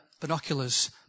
binoculars